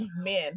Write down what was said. men